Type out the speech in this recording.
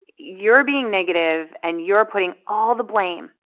you're being negative, and you're putting all the blame,